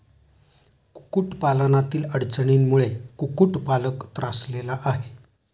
कुक्कुटपालनातील अडचणींमुळे कुक्कुटपालक त्रासलेला आहे